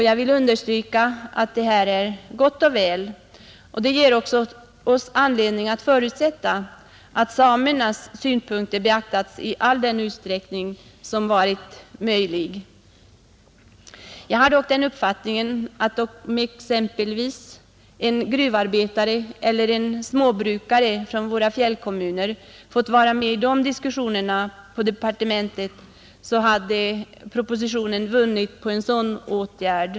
Jag vill understryka att det är gott och väl och ger oss anledning att förutsätta att samernas synpunkter har beaktats i all den utsträckning som varit möjlig. Jag har dock den uppfattningen att om exempelvis en gruvarbetare eller en småbrukare från våra fjällkommuner fått vara med i diskussionerna inom departementet hade propositionen vunnit på en sådan åtgärd.